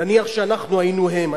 נניח שאנחנו היינו הם,